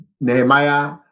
Nehemiah